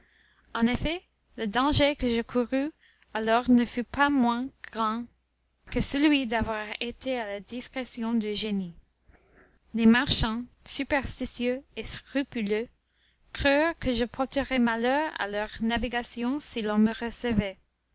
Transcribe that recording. en effet le danger que je courus alors ne fut pas moins grand que celui d'avoir été à la discrétion du génie les marchands superstitieux et scrupuleux crurent que je porterais malheur à leur navigation si l'on me recevait